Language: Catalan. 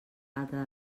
alta